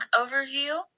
overview